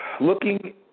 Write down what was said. looking